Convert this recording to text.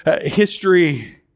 history